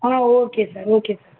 ah okay sir okay sir